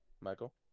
Michael